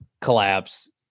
collapse